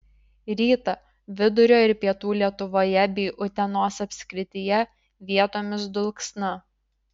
rytą vidurio ir pietų lietuvoje bei utenos apskrityje vietomis dulksna